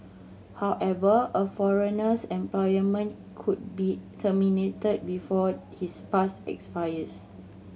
however a foreigner's employment could be terminated before his pass expires